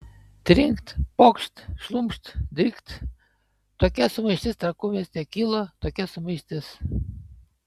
trinkt pokšt šlumšt drykt tokia sumaištis trakų mieste kilo tokia sumaištis